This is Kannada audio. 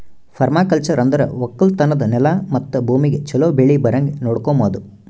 ಪರ್ಮಾಕಲ್ಚರ್ ಅಂದುರ್ ಒಕ್ಕಲತನದ್ ನೆಲ ಮತ್ತ ಭೂಮಿಗ್ ಛಲೋ ಬೆಳಿ ಬರಂಗ್ ನೊಡಕೋಮದ್